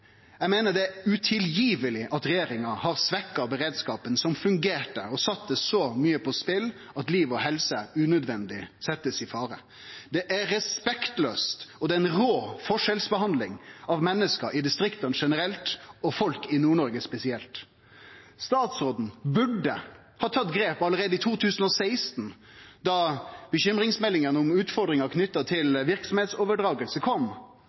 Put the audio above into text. Eg meiner det er utilgiveleg at regjeringa har svekt beredskapen som fungerte, og satt så mykje på spel at liv og helse blir sett unødvendig i fare. Det er respektlaust, og det er ei rå forskjellsbehandling av menneske i distrikta generelt og folk i Nord-Noreg spesielt. Statsråden burde ha tatt grep allereie i 2016, da bekymringsmeldingane om utfordringar knytte til verksemdsoverdraging kom.